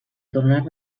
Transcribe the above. tornar